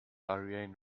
ariane